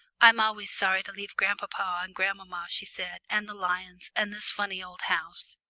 i'm always sorry to leave grandpapa and grandmamma, she said, and the lions, and this funny old house.